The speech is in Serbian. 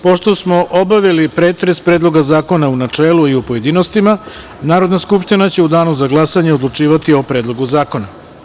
Pošto smo obavili pretres Predloga zakona u načelu i u pojedinostima, Narodna skupština će u danu za glasanje odlučivati o Predlogu zakona.